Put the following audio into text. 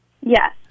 Yes